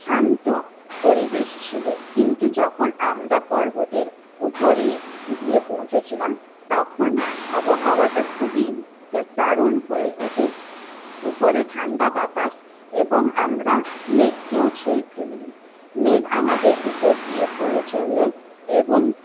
শান্ত পরিবেশ ছিলো কিন্তু যখন আমরা পর্বতের উপরে গিয়ে পৌঁছেছিলাম তখন আবহাওাটা খুবই দারুন হয়ে উঠে উপরে ঠাণ্ডা বাতাস এবং আমরা মেঘকেও ছুঁয়ে ফেলি মেঘ আমাদের উপর দিয়ে বয়ে চলে এবং